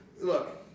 look